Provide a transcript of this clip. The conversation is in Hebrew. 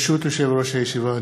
ברשות יושב-ראש הישיבה,